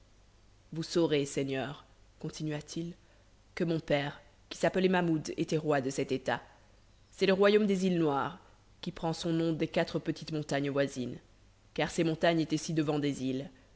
vous saurez seigneur continua-t-il que mon père qui s'appelait mahmoud était roi de cet état c'est le royaume des îles noires qui prend son nom des quatre petites montagnes voisines car ces montagnes étaient ci-devant des îles